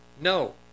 No